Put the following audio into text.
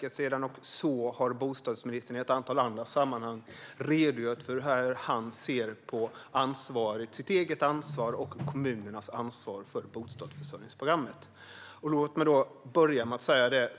Bostadsministern har också i ett antal andra sammanhang redogjort för hur han ser på sitt eget och kommunernas ansvar för bostadsförsörjningsprogrammet. Fru talman! Låt mig börja med att säga